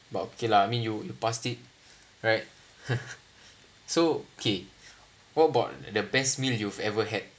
but okay lah I mean you you passed it right so okay what about the best meal you've ever had